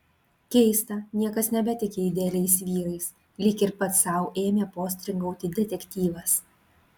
keista niekas nebetiki idealiais vyrais lyg ir pats sau ėmė postringauti detektyvas